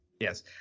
Yes